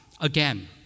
again